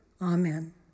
Amen